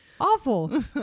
awful